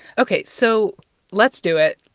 ok, so let's do it.